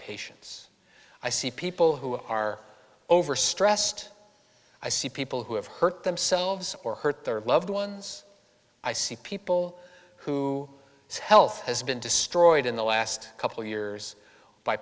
patients i see people who are overstressed i see people who have hurt themselves or hurt their loved ones i see people who health has been destroyed in the last couple years by